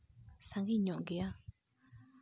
ᱥᱟᱺᱜᱤᱧ ᱧᱚᱜ ᱜᱮᱭᱟ